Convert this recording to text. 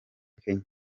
kenya